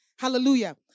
Hallelujah